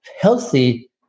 healthy